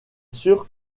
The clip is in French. sur